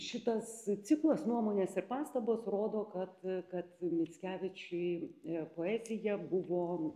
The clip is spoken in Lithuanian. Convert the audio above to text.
šitas ciklas nuomonės ir pastabos rodo kad kad mickevičiui poezija buvo